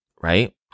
right